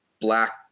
black